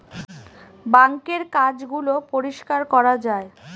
বাঙ্কের কাজ গুলো পরিষ্কার করা যায়